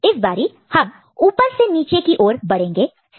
इस बारी हम ऊपर से नीचे की ओर बढ़ेंगे